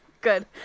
good